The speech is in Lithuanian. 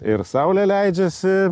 ir saulė leidžiasi